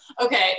Okay